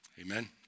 Amen